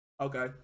Okay